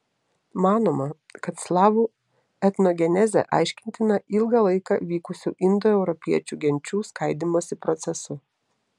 manoma kad slavų etnogenezė aiškintina ilgą laiką vykusiu indoeuropiečių genčių skaidymosi procesu